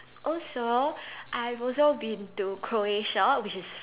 also I also been to Croatia which is